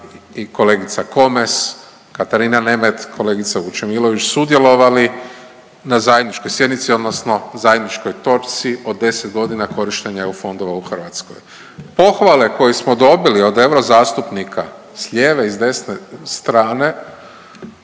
i kolegica Komes, Katarina Nemet, kolegica Vučemilović sudjelovali na zajedničkoj sjednici odnosno zajedničkoj točki o 10 godina korištenja EU fondova u Hrvatskoj. Pohvale koje smo dobili od eurozastupnika s lijeve i s desne strane